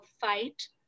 fight